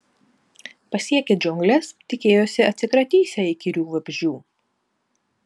pasiekę džiungles tikėjosi atsikratysią įkyrių vabzdžių